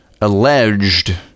alleged